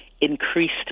increased